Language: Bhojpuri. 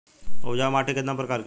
उपजाऊ माटी केतना प्रकार के होला?